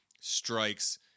strikes